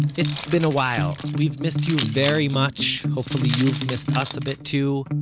it's been a while, we've missed you very much, hopefully you've missed us a bit too,